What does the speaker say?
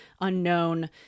unknown